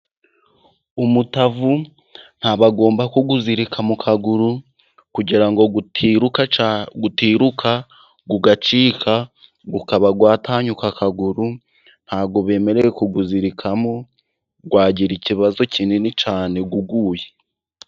Umutavu nta bwo bagomba kuwuzirika mu kaguru, kugira ngo utiruka kugacika, ukaba watanyuka akaguru, nta bwo bemerewe ku wuzirikamo, wagira ikibazo kinini cyane uguye.